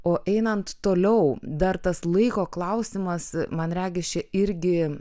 o einant toliau dar tas laiko klausimas man regis čia irgi